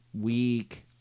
week